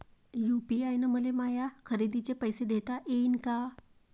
UPI न मले माया खरेदीचे पैसे देता येईन का?